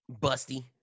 Busty